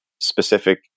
specific